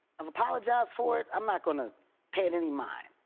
i've apologized for it, i'm not going to pay it any mind.